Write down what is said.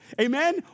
amen